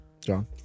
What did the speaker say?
John